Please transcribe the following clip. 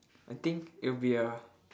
I think it'll be a